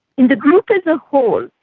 in the group as a whole,